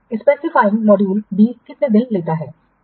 तो यह निर्दिष्ट मॉड्यूल बी कितने दिन लेता है